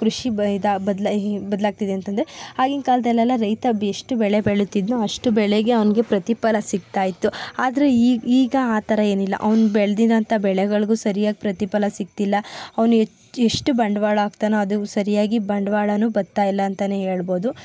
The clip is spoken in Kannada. ಕೃಷಿ ಬೈದಾ ಬದಲಾಗಿ ಬದಲಾಗ್ತಿದೆ ಅಂತಂದ್ರೆ ಆಗಿನ ಕಾಲದಲ್ಲೆಲ್ಲ ರೈತ ಅದು ಎಷ್ಟು ಬೆಳೆ ಬೆಳೀತಿದ್ನೋ ಅಷ್ಟು ಬೆಳೆಗೆ ಅವ್ನಿಗೆ ಪ್ರತಿಫಲ ಸಿಗ್ತಾಯಿತ್ತು ಆದರೆ ಈಗ ಈಗ ಆ ಥರ ಏನಿಲ್ಲ ಅವನು ಬೆಳ್ದಿದ್ದಂಥ ಬೆಳೆಗಳಿಗೂ ಸರಿಯಾಗಿ ಪ್ರತಿಫಲ ಸಿಕ್ತಿಲ್ಲ ಅವ್ನು ಹೆಷ್ಷು ಎಷ್ಟು ಬಂಡವಾಳ ಹಾಕ್ತಾನೊ ಅದು ಸರಿಯಾಗಿ ಬಂಡವಾಳನೂ ಬರ್ತಾಯಿಲ್ಲಾಂತಲೇ ಹೇಳ್ಬೋದು